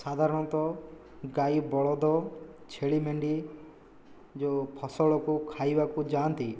ସାଧାରଣତଃ ଗାଈ ବଳଦ ଛେଳି ମେଣ୍ଢି ଯେଉଁ ଫସଲକୁ ଖାଇବାକୁ ଯାଆନ୍ତି